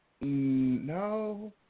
no